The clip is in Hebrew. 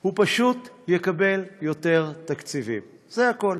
הוא פשוט יקבל יותר תקציבים, זה הכול.